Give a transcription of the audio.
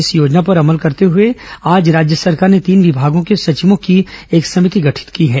इस योजना पर अमल करते हुए आज राज्य सरकार ने तीन विभागों के सचिवों की एक समिति गठित की है